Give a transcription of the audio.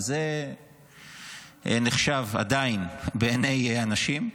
וזה עדיין נחשב בעיני אנשים.